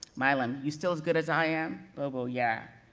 milam, you still as good as i am? bobo, yeah.